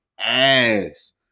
ass